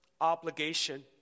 obligation